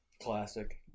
Classic